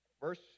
verse